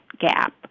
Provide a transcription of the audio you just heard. gap